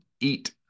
eat